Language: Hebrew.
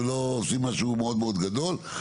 ולא עושים משהו מאוד מאוד גדול.